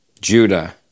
Judah